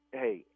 hey